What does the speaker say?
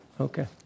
Okay